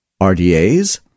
RDAs